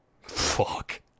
Fuck